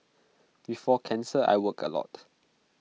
before cancer I worked A lot